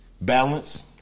Balance